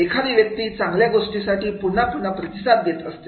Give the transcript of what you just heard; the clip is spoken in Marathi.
एखादी व्यक्ती चांगल्या गोष्टीसाठी पुन्हा पुन्हा प्रतिसाद देत असते